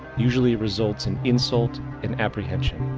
usually results in insult and apprehension.